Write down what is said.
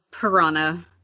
Piranha